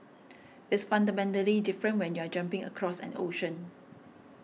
it's fundamentally different when you're jumping across an ocean